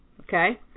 Okay